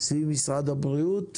סביב משרד הבריאות,